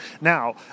Now